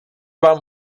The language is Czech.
vám